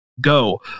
go